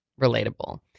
Relatable